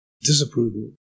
disapproval